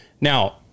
Now